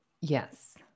Yes